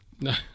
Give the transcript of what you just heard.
No